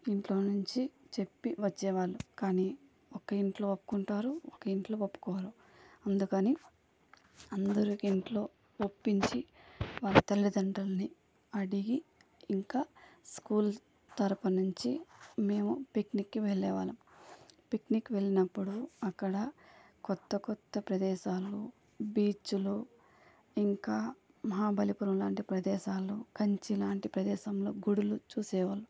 ఇంట్లో నుంచి చెప్పి వచ్చేవాళ్ళు కానీ ఒక ఇంట్లో ఒప్పుకుంటారు ఒక ఇంట్లో ఒప్పుకోరు అందుకని అందరి ఇంట్లో ఒప్పించి వాళ్ళ తల్లిదండ్రులని అడిగి ఇంకా స్కూల్ తరపునుంచి మేము పిక్నిక్కి వెళ్ళే వాళ్ళము పిక్నిక్ వెళ్ళినప్పుడు అక్కడ కొత్త కొత్త ప్రదేశాలు బీచ్లు ఇంకా మహాబలిపురం లాంటి ప్రదేశాలు కంచిలాంటి ప్రదేశంలో గుళ్ళు చూసేవాళ్ళు